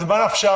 אז ממה נפשך?